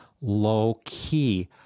low-key